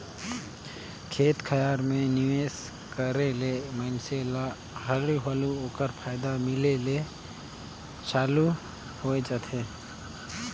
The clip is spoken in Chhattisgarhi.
खेत खाएर में निवेस करे ले मइनसे ल हालु हालु ओकर फयदा मिले ले चालू होए जाथे